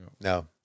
No